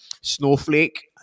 Snowflake